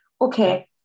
Okay